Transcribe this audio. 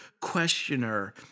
questioner